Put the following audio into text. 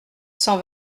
cent